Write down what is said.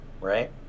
right